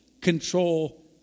control